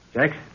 Jack